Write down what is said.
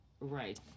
Right